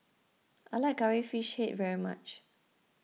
I like Curry Fish Head very much